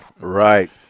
Right